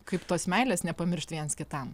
kaip tos meilės nepamiršti viens kitam